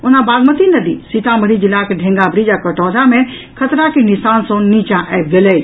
ओना बागमती नदी सीतामढ़ी जिलाक ढेंगब्रिज आ कटौझा मे खतरा के निशान सॅ नीचॉ आबि गेल अछि